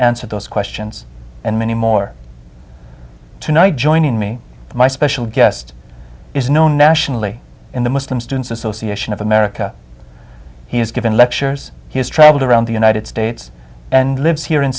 answer those questions and many more tonight joining me my special guest is known nationally in the muslim students association of america he has given lectures he has traveled around the united states and lives here in